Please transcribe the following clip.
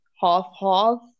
half-half